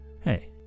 Hey